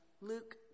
Luke